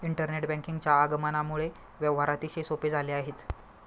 internet बँकिंगच्या आगमनामुळे व्यवहार अतिशय सोपे झाले आहेत